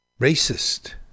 racist